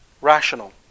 Rational